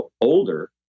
older